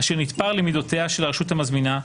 אשר "נתפר למידותיה" של הרשות המזמינה,